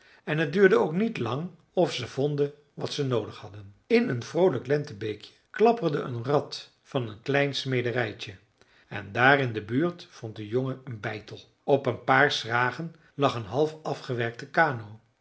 en het duurde ook niet lang of ze vonden wat ze noodig hadden in een vroolijk lentebeekje klapperde een rad van een klein smederijtje en daar in de buurt vond de jongen een beitel op een paar schragen lag een half afgewerkte canoe